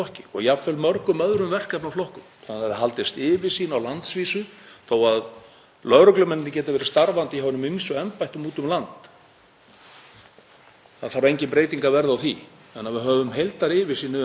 það þarf engin breyting að verða á því, þannig að við höfum heildaryfirsýn yfir málaflokkana í öllum embættum á einum stað. Þetta eru svona skipulagsbreytingar sem við erum að hugsa um til að nýta betur mannskapinn og fá samhæfðari og sterkari vinnubrögð.